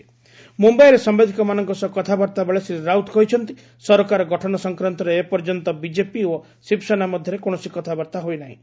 ମ୍ବର୍ମ୍ୟାଇରେ ସାମ୍ଭାଦିକମାନଙ୍କ ସହ କଥାବାର୍ତ୍ତା ବେଳେ ଶ୍ରୀ ରାଉତ କହିଛନ୍ତି ସରକାର ଗଠନ ସଂକ୍ରାନ୍ତରେ ଏପର୍ଯ୍ୟନ୍ତ ବିଜେପି ଓ ଶିବସେନା ମଧ୍ୟରେ କୌଣସି କଥାବାର୍ତ୍ତା ହୋଇନାହିଁ